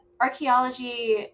archaeology